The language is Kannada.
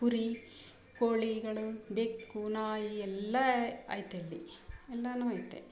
ಕುರಿ ಕೋಳಿಗಳು ಬೆಕ್ಕು ನಾಯಿ ಎಲ್ಲ ಐತೆ ಇಲ್ಲಿ ಎಲ್ಲಾ ಐತೆ